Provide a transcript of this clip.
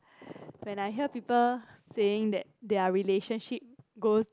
when I hear people saying that their relationship go